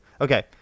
Okay